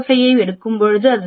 05 ஐ எடுக்கும்போது 0